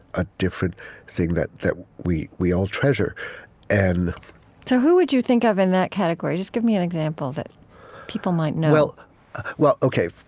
a different thing that that we we all treasure and so who would you think of in that category? just give me an example that people might know well, ok.